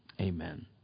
Amen